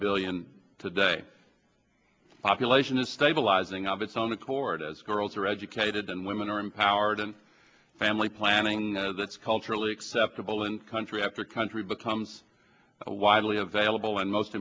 billion today population is stabilizing of its own accord as girls are educated and women are empowered and family planning that's culturally acceptable in country after country becomes widely available and most